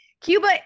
Cuba